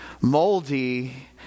moldy